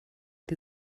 die